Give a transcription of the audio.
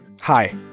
Hi